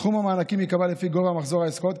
סכום המענקים ייקבע לפי גובה מחזור העסקאות,